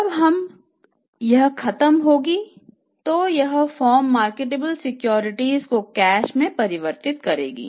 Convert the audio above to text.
जब यह खत्म होगी तो यह फर्म मार्केटेबल सिक्योरिटीजको नकद में परिवर्तित करेगी